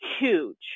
huge